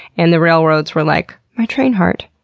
and the railroads were like, my train heart.